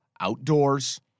outdoors